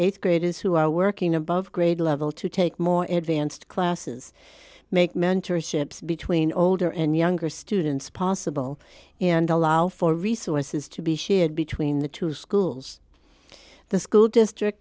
th graders who are working above grade level to take more advantage classes make mentorships between older and younger students possible and allow for resources to be shared between the two schools the school district